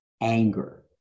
Anger